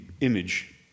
image